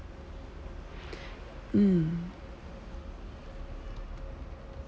mm